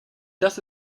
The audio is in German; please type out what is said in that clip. das